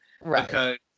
Right